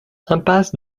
impasse